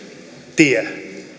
tie